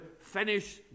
finish